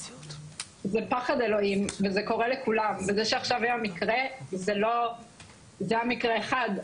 זה פחד אלוהים וזה קורה לכולם וזה שעכשיו היה מקרה' זה היה מקרה אחד,